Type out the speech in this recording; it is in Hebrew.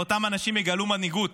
ואותם אנשים יגלו מנהיגות,